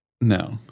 No